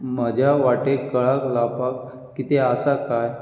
म्हज्या वाटेक कळर लावपाक कितें आसा काय